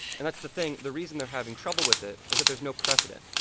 and that's the thing. the reason they're having trouble with it is that there's no precedent.